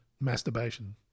masturbation